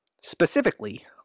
Specifically